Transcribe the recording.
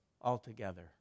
altogether